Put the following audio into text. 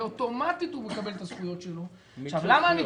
ואוטומטית הוא מקבל את הזכויות שלו למה אני